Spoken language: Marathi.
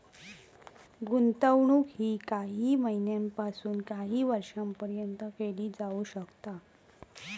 गुंतवणूक ही काही महिन्यापासून काही वर्षापर्यंत केली जाऊ शकता